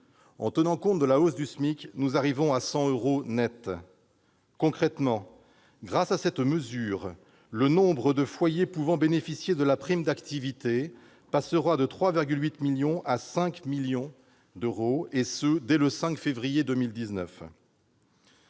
En tenant compte de la hausse du SMIC, nous arrivons à 100 euros nets. Concrètement, grâce à cette mesure, le nombre de foyers pouvant bénéficier de la prime d'activité passera de 3,8 millions à 5 millions, et ce dès le 5 février 2019.